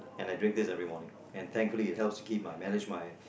and I drink this every morning and thankfully it help to keep my manage my